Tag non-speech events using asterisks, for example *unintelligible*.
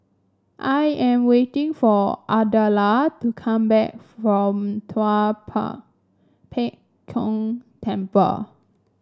I am waiting for Ardella to come back from Tua *unintelligible* Pek Kong Temple